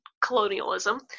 colonialism